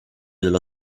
dello